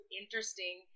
interesting